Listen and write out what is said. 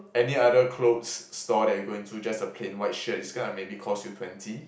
any other clothes store that you go in to just a plain white shirt is going to maybe cost you twenty